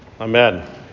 amen